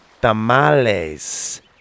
tamales